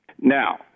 Now